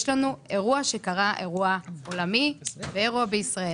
יש לנו אירוע עולמי ואירוע בישראל.